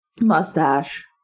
mustache